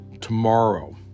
tomorrow